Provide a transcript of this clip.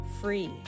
free